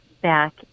back